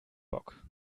bock